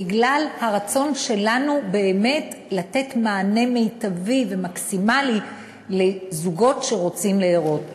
בגלל הרצון שלנו באמת לתת מענה מיטבי ומקסימלי לזוגות שרוצים להרות.